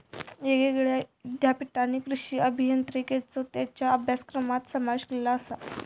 येगयेगळ्या ईद्यापीठांनी कृषी अभियांत्रिकेचो त्येंच्या अभ्यासक्रमात समावेश केलेलो आसा